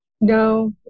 no